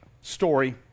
story